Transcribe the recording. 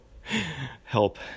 help